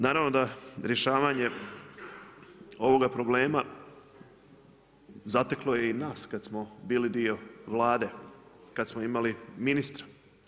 Naravno da rješavanje ovoga problema zateklo je i nas kada smo bili dio vlade, kada smo imali ministra.